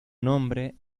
nombre